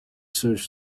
search